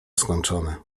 skończone